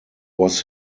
was